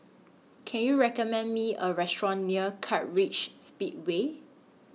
Can YOU recommend Me A Restaurant near Kartright Speedway